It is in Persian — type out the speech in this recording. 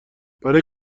برای